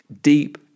deep